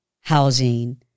housing